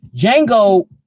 Django